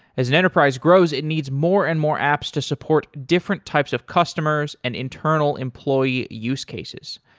as an enterprise grows, it needs more and more apps to support different types of customers and internal employee use cases.